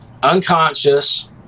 unconscious